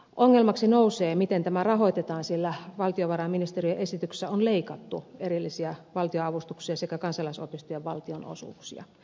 ongelmaksi nousee miten tämä rahoitetaan sillä valtiovarainministeriön esityksessä on leikattu erillisiä valtionavustuksia sekä kansalaisopistojen valtionosuuksia